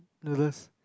noodles